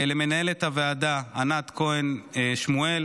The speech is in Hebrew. למנהלת הוועדה ענת כהן שמואל,